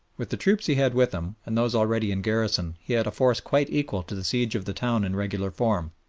with the troops he had with him, and those already in garrison, he had a force quite equal to the siege of the town in regular form,